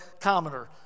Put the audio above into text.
commoner